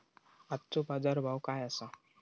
आजचो बाजार भाव काय आसा?